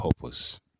purpose